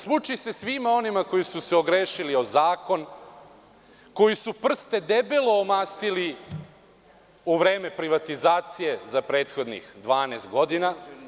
Smuči se svima onima koji su se ogrešili o zakon, koji su prste debelo omastili u vreme privatizacije za prethodnih 12 godina.